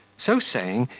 so saying,